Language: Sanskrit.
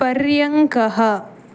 पर्यङ्कः